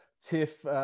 Tiff